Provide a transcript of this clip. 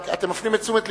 אתם מפנים את תשומת לבי,